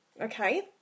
Okay